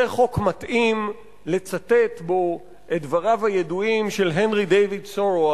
זה חוק מתאים לצטט בו את דבריו הידועים של הנרי דייוויד תורו,